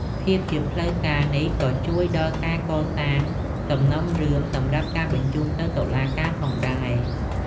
ភាពជាផ្លូវការនេះក៏ជួយដល់ការកសាងសំណុំរឿងសម្រាប់ការបញ្ជូនទៅតុលាការផងដែរ។